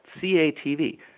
CATV